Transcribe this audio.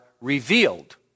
revealed